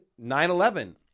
9-11